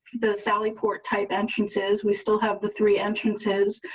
the sally port type entrances. we still have the three entrances.